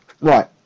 right